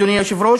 אדוני היושב-ראש,